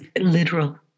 literal